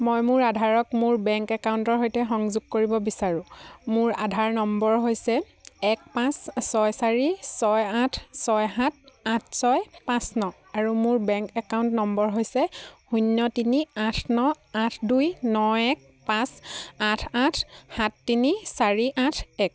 মই মোৰ আধাৰক মোৰ বেংক একাউণ্টৰ সৈতে সংযোগ কৰিব বিচাৰোঁ মোৰ আধাৰ নম্বৰ হৈছে এক পাঁচ ছয় চাৰি ছয় আঠ ছয় সাত আঠ ছয় পাঁচ ন আৰু মোৰ বেংক একাউণ্ট নম্বৰ হৈছে শূন্য তিনি আঠ ন আঠ দুই ন এক পাঁচ আঠ আঠ সাত তিনি চাৰি আঠ এক